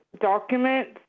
documents